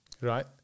Right